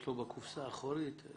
יש לו בקופסה האחורית את